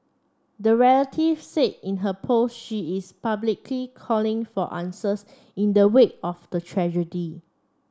the relative said in her post she is publicly calling for answers in the wake of the tragedy